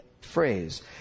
phrase